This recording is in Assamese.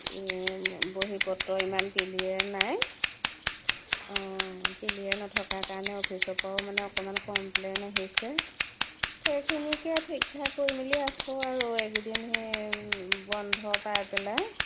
এই বহী পত্ৰ ইমান ক্লিয়াৰ নাই অঁ ক্লিয়াৰ নথকাৰ কাৰণে অফিচৰ পৰাও মানে অকণমান কমপ্লেইন আহিছে সেইখিনিকে ঠিক ঠাক কৰি মেলি আছোঁ আৰু এইকেইদিন হেই বন্ধ পাই পেলাই